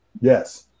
yes